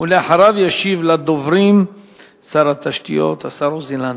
אחריו ישיב לדוברים שר התשתיות השר עוזי לנדאו.